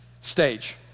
stage